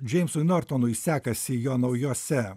džeimsui nortonui sekasi jo naujuose